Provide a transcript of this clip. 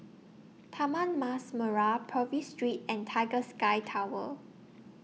Taman Mas Merah Purvis Street and Tiger Sky Tower